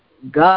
God